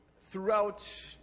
throughout